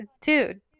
dude